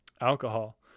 alcohol